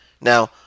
Now